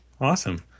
Awesome